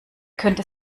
könnte